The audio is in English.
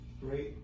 great